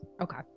Okay